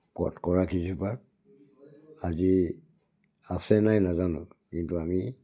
কোটকোৰা কেইজোপা আজি আছে নাই নাজানো কিন্তু আমি